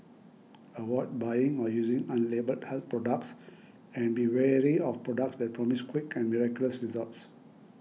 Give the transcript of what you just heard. avoid buying or using unlabelled health products and be warily of products that promise quick and miraculous results